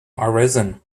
arisen